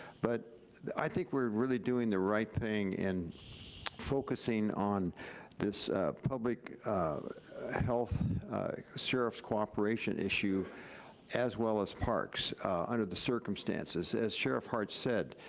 but i think we're really doing the right thing in focusing on this public health sheriff's cooperation issue as well as parks under the circumstances. as sheriff hart said,